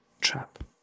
trap